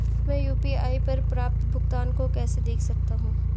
मैं यू.पी.आई पर प्राप्त भुगतान को कैसे देख सकता हूं?